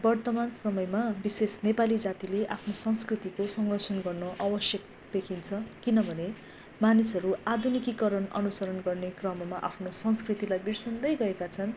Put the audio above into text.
वर्तमान समयमा विशेष नेपाली जातिले आफ्नो संस्कृतिको संरक्षण गर्नु आवश्यक देखिन्छ किनभने मानिसहरू आधुनिकीकरण अनुसरण गर्ने क्रममा आफ्नो संस्कृतिलाई बिर्सँदै गएका छन्